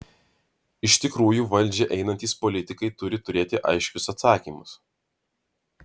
iš tikrųjų valdžią einantys politikai turi turėti aiškius atsakymus